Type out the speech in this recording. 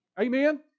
Amen